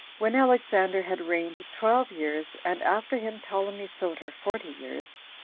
when alexander had reigned twelve years, and after him ptolemy soter forty years,